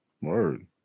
Word